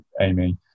Amy